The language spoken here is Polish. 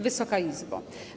Wysoka Izbo!